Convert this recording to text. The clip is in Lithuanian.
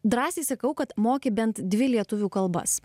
drąsiai sakau kad moki bent dvi lietuvių kalbas